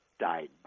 died